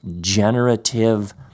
generative